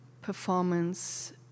performance